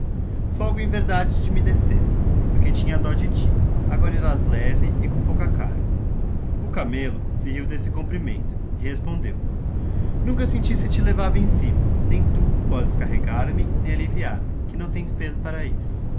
folgo em verdade de me descer porque tinha dó de ti agora irás leve com pouca carga o camelo se rio deste cumprimento e respondeo nunca senti se te levava em cima nem tu podes carregar me nem alliviarme que não tens pezo para isso